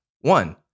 one